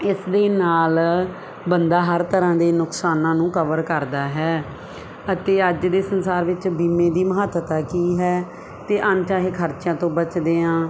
ਇਸ ਦੇ ਨਾਲ ਬੰਦਾ ਹਰ ਤਰ੍ਹਾਂ ਦੇ ਨੁਕਸਾਨਾਂ ਨੂੰ ਕਵਰ ਕਰਦਾ ਹੈ ਅਤੇ ਅੱਜ ਦੇ ਸੰਸਾਰ ਵਿੱਚ ਬੀਮੇ ਦੀ ਮਹੱਤਤਾ ਕੀ ਹੈ ਅਤੇ ਅਣਚਾਹੇ ਖਰਚਿਆਂ ਤੋਂ ਬੱਚਦੇ ਹਾਂ